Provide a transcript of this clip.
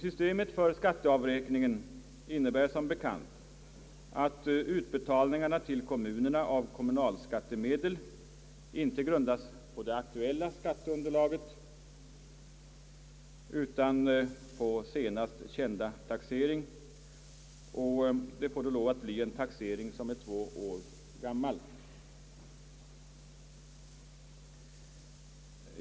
Systemet för skatteavräkningen innebär som bekant att utbetalningarna till kommunerna av kommunalskattemedel inte grundas på det aktuella skatteunderlaget, utan på senast kända taxering, och det blir då en taxering som är två år gammal.